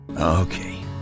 Okay